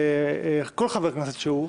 לכל חבר כנסת שהוא,